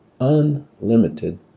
unlimited